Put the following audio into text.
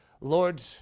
Lord